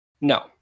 No